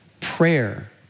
Prayer